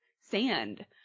sand